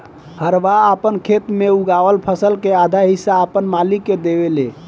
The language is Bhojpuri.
हरवाह आपन खेत मे उगावल फसल के आधा हिस्सा आपन मालिक के देवेले